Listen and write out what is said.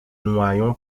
noyon